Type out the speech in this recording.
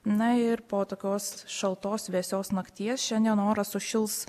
na ir po tokios šaltos vėsios nakties šiandien oras sušils